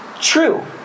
true